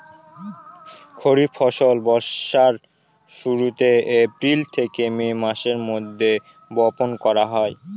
খরিফ ফসল বর্ষার শুরুতে, এপ্রিল থেকে মে মাসের মধ্যে, বপন করা হয়